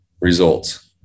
Results